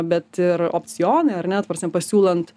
bet ir opcionai ar ne ta prasme pasiūlant